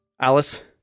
Alice